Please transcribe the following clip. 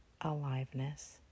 aliveness